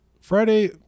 Friday